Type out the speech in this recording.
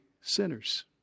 sinners